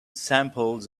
sampled